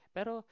Pero